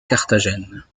carthagène